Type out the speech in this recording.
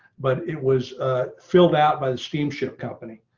but it was ah filled out by the steamship company.